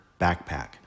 backpack